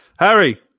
Harry